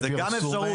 זו גם אפשרות.